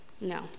No